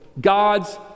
God's